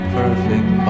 perfect